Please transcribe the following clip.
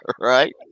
Right